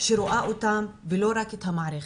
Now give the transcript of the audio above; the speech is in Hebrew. שרואה אותם ולא רק את המערכת.